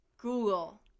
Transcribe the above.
Google